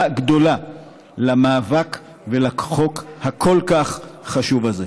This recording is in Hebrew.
גדולה על המאבק ועל החוק הכל-כך חשוב הזה.